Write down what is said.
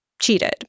cheated